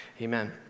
amen